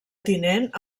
tinent